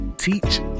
teach